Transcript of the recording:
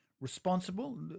responsible